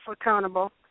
accountable